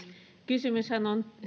kysymyshän on